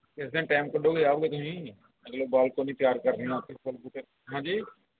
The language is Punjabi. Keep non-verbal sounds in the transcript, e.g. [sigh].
ਕਿਸ ਦਿਨ ਟਾਈਮ ਕੱਢੋਗੇ ਆਓਗੇ ਤੁਸੀਂ ਬਾਲਕਨੀ ਤਿਆਰ ਕਰਨੀ [unintelligible] ਹਾਂਜੀ